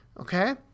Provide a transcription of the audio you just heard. Okay